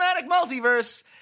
multiverse